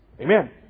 Amen